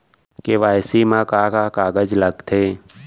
KYC मा का का कागज लगथे?